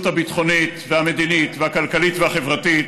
הביטחונית והמדינית והכלכלית והחברתית,